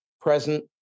present